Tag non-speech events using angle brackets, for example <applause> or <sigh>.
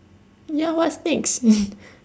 ya what's next <laughs>